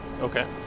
okay